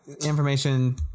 information